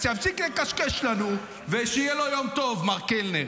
אז שיפסיק לקשקש לנו, ושיהיה לו יום טוב, מר קלנר.